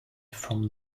from